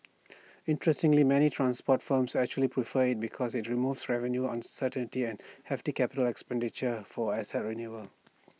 interestingly many transport firms actually prefer IT because IT removes revenue uncertainty and hefty capital expenditure for asset renewal